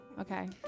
Okay